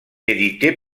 éditée